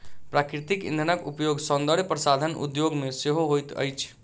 प्राकृतिक इंधनक उपयोग सौंदर्य प्रसाधन उद्योग मे सेहो होइत अछि